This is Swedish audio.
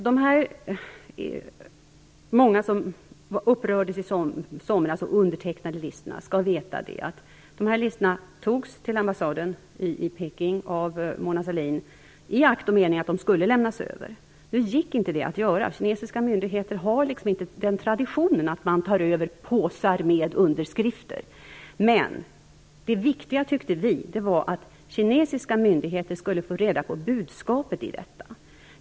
De många människor som i somras upprördes och undertecknade listorna skall veta att dessa listor togs till ambassaden i Peking av Mona Sahlin i akt och mening att de skulle lämnas över. Nu var detta inte möjligt. Kinesiska myndigheter har inte den traditionen att de tar över påsar med underskrifter. Men det viktiga tyckte vi var att kinesiska myndigheter skulle få reda på budskapet i detta.